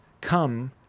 come